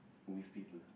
with paper